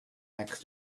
next